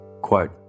Quote